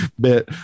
bit